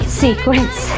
sequence